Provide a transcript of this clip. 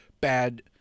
bad –